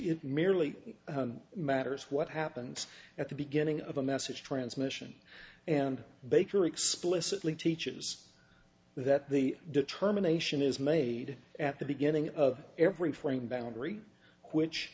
it merely matters what happens at the beginning of a message transmission and baker explicitly teaches that the determination is made at the beginning of every frame boundary which